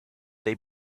they